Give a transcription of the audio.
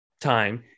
time